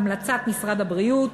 בהמלצת משרד הבריאות,